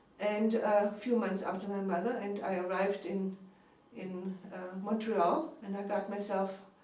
and a few months after my mother, and i arrived in in montreal. and i got myself